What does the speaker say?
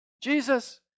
Jesus